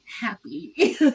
happy